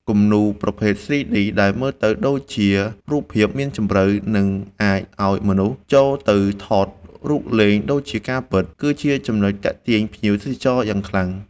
គំនូរប្រភេទ 3D ដែលមើលទៅដូចជារូបភាពមានជម្រៅ និងអាចឱ្យមនុស្សចូលទៅថតរូបលេងដូចជាការពិត គឺជាចំណុចទាក់ទាញភ្ញៀវទេសចរយ៉ាងខ្លាំង។